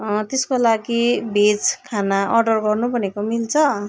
अँ त्यसको लागि भेज खाना अर्डर गर्नु भनेको मिल्छ